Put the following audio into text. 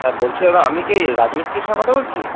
হ্যাঁ বলছি দাদা আমি কি এই রাজমিস্ত্রির সাথে কথা বলছি